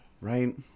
right